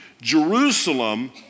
Jerusalem